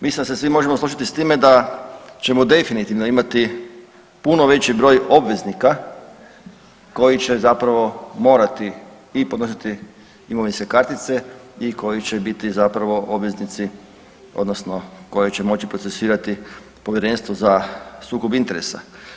Mislim da se svi možemo složiti s time da ćemo definitivno imati puno veći broj obveznika koji će zapravo morati i podnositi imovinske kartice i koji će biti zapravo obveznici, odnosno koje će moći procesuirati Povjerenstvo za sukob interesa.